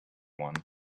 one